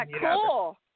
cool